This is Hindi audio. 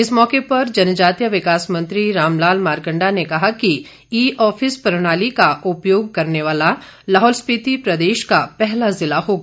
इस मौक पर जनजातीय विकास मंत्री रामलाल मारकंडा ने कहा कि ई ऑफिस प्रणाली का उपयोग करने वाला लाहौल स्पीति प्रदेश का पहला जिला होगा